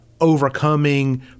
overcoming